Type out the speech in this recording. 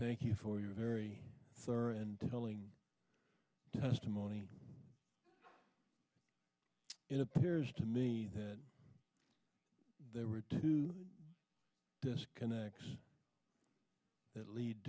thank you for your very thorough and telling testimony it appears to me that there were two disconnects that lead